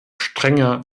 strenger